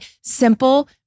simple